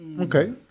Okay